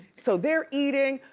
so they're eating.